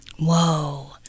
Whoa